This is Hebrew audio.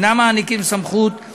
אינם מעניקים סמכות,